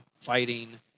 fighting